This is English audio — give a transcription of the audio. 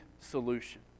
solution